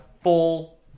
full